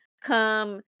come